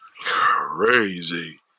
Crazy